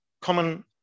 common